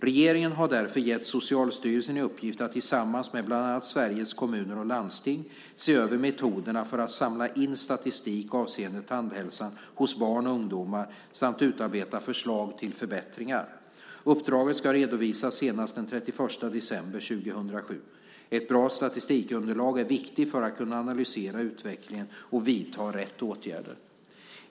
Regeringen har därför gett Socialstyrelsen i uppdrag att tillsammans med bland annat Sveriges Kommuner och Landsting se över metoderna för att samla in statistik avseende tandhälsa hos barn och ungdomar samt utarbeta förslag till förbättringar. Uppdraget ska redovisas senast den 31 december 2007. Ett bra statistikunderlag är viktigt för att man ska kunna analysera utvecklingen och vidta rätt åtgärder.